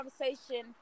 conversation